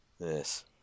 Yes